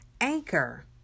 Anchor